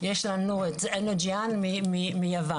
יש לנו את "Energean" מיוון,